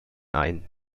ein